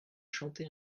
chanter